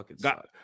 God